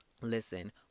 listen